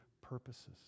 purposes